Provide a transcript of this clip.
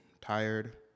tired